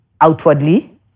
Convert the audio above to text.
outwardly